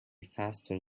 faster